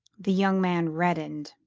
the young man reddened.